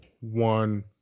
one